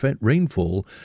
rainfall